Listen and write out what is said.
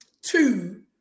two